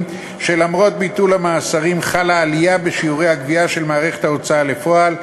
שלמרות ביטול המאסרים חלה עלייה בשיעורי הגבייה של מערכת ההוצאה לפועל.